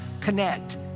connect